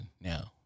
Now